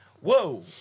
whoa